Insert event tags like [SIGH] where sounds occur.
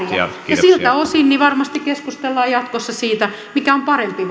ja siltä osin varmasti keskustellaan jatkossa siitä mikä on parempi [UNINTELLIGIBLE]